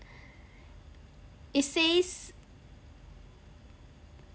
it says